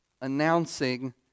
announcing